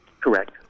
Correct